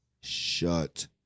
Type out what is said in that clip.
shut